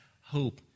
hope